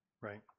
Right